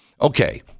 Okay